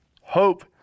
Hope